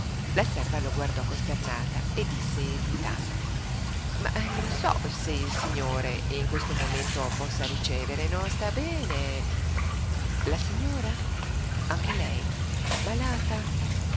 la serva lo guardò costernata e disse esitante ma non so se il signore in questo momento possa ricevere non sta bene e la signora anche lei malata